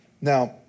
Now